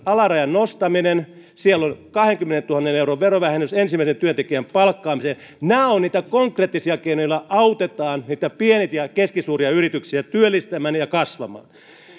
alarajan nostaminen siellä on kahdenkymmenentuhannen euron verovähennys ensimmäisen työntekijän palkkaamiseen nämä ovat niitä konkreettisia keinoja joilla autetaan pieni ja keskisuuria yrityksiä työllistämään ja kasvamaan